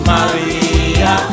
Maria